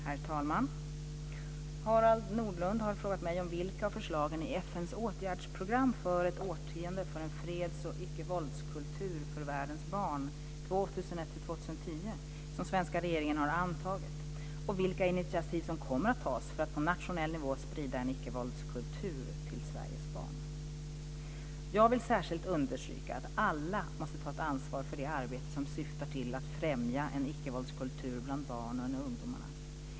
Herr talman! Harald Nordlund har frågat mig om vilka av förslagen i FN:s åtgärdsprogram för ett årtionde för en freds och icke-våldskultur för världens barn 2001-2010 som svenska regeringen har antagit och vilka initiativ som kommer att tas för att på nationell nivå sprida en icke-våldskultur till Sveriges barn. Jag vill särskilt understryka att alla måste ta ett ansvar för det arbete som syftar till att främja en ickevåldskultur bland barn och ungdomar.